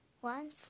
One